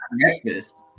breakfast